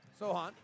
Sohan